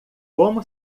como